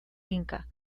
inca